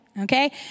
okay